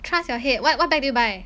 trust your head what what bag did you buy